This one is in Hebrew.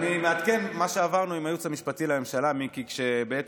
מעדכן בנוגע למה שעברנו עם הייעוץ המשפטי לממשלה כשבעצם,